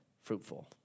fruitful